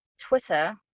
twitter